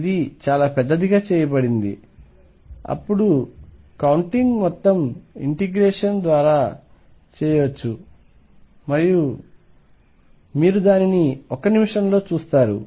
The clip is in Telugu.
ఇది చాలా పెద్దదిగా చేయబడింది అప్పుడు కౌంటింగ్ మొత్తం ఇంటిగ్రేషన్ ద్వారా చేయవచ్చు మరియు మీరు దానిని ఒక నిమిషంలో చూస్తారు